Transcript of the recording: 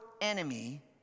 enemy